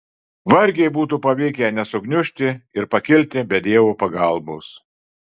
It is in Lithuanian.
vargiai būtų pavykę nesugniužti ir pakilti be dievo pagalbos